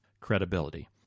credibility